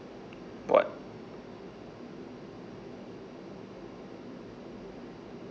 what